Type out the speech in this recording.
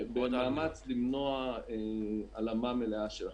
במאמץ למנוע הלאמה מלאה של החברה.